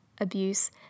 abuse